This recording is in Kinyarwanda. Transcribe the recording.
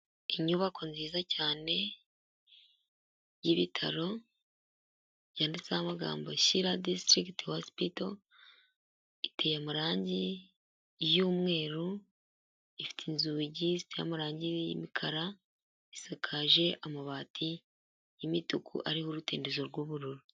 Inyubako nziza cyane y'ibitaro yanditseho amagambo Shyira district hospital, iteye amarange y'umweru, ifite inzugi ziteye amarange y'imikara, isakaje amabati y'imituku ariho urutendezo rw'ubururu.